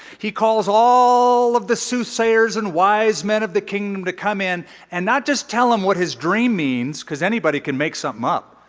he calls all of the soothsayers and wise men of the kingdom to come in and not just tell him what his dream means because anybody can make some up.